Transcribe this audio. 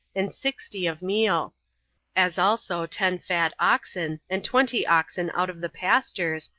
and sixty of meal as also ten fat oxen, and twenty oxen out of the pastures,